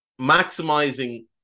maximizing